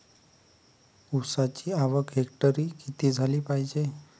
ऊसाची आवक हेक्टरी किती झाली पायजे?